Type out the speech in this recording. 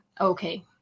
Okay